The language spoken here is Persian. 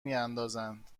میاندازند